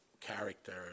character